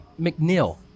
mcneil